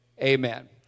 Amen